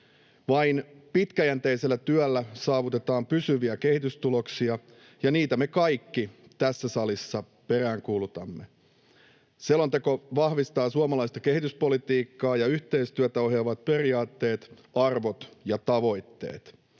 Vain pitkäjänteisellä työllä saavutetaan pysyviä kehitystuloksia, ja niitä me kaikki tässä salissa peräänkuulutamme. Selonteko vahvistaa suomalaista kehityspolitiikkaa ja -yhteistyötä ohjaavat periaatteet, arvot ja tavoitteet.